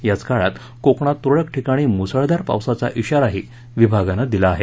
याच काळात कोकणात तुरळक ठिकाणी मुसळधार पावसाचा इशाराही विभागानं दिला आहे